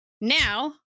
Now